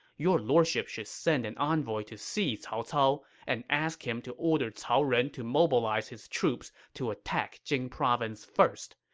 your lordship should send an envoy to see cao cao and ask him to order cao ren to mobilize his troops to attack jing province first.